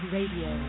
Radio